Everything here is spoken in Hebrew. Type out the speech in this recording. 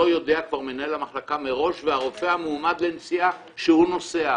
לא יודע כבר מנהל המחלקה מראש והרופא המועמד לנסיעה שהוא נוסע,